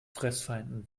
fressfeinden